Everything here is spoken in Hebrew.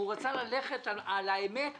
הוא רצה ללכת על האמת שבדבר,